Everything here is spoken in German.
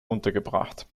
untergebracht